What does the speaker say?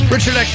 Richard